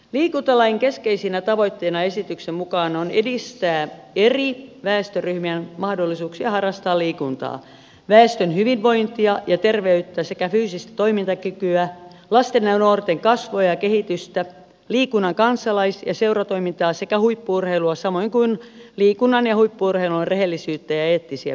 liikuntalain keskeisinä tavoitteina esityksen mukaan on edistää eri väestöryhmien mahdollisuuksia harrastaa liikuntaa väestön hyvinvointia ja terveyttä sekä fyysistä toimintakykyä lasten ja nuorten kasvua ja kehitystä liikunnan kansalais ja seuratoimintaa sekä huippu urheilua samoin kuin liikunnan ja huippu urheilun rehellisyyttä ja eettisiä periaatteita